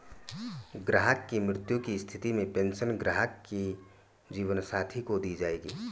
ग्राहक की मृत्यु की स्थिति में पेंशन ग्राहक के जीवन साथी को दी जायेगी